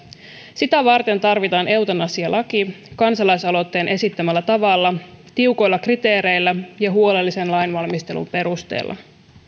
sitä varten tarvitaan eutanasialaki kansalais aloitteen esittämällä tavalla tiukoilla kriteereillä ja huolellisen lainvalmistelun perusteella